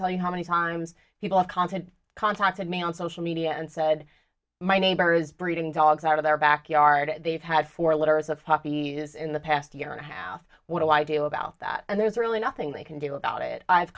tell you how many times people have content contacted me on social media and said my neighbor is breeding dogs out of their backyard and they've had four litter is a puppy is in the past year and a half what do i do about that and there's really nothing they can do about it i've